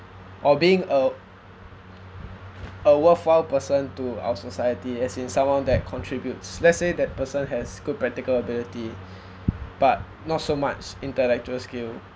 or being a a worthwhile person to our society as in someone that contributes let's say that person has good practical ability but not so much intellectual skill